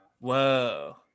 Whoa